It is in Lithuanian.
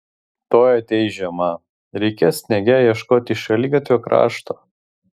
tuoj ateis žiema reikės sniege ieškoti šaligatvio krašto